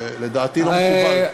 זה, לדעתי, לא מקובל.